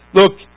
look